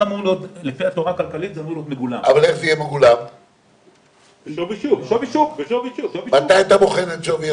(2)ערובות שניתנו לפי סעיף קטן (ב) לגבי מקרקעין שלא נכללו במתחמי